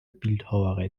bildhauerei